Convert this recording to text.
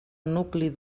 nucli